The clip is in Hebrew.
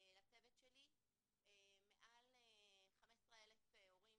מעל 15,000 הורים